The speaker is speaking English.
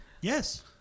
Yes